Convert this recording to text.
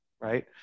right